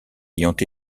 ayant